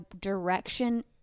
direction